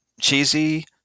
cheesy